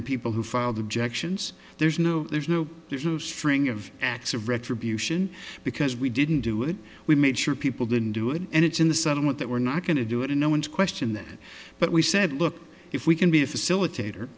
hundred people who filed objections there's no there's no there's a string of acts of retribution because we didn't do it we made sure people didn't do it and it's in the settlement that we're not going to do it and no one to question that but we said look if we can be a facilitator